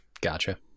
Gotcha